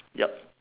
yup